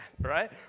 right